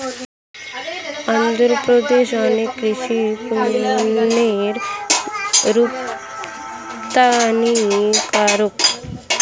অন্ধ্রপ্রদেশ অনেক কৃষি পণ্যের রপ্তানিকারক